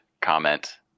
comment